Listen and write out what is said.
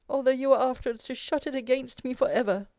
although you were afterwards to shut it against me for ever!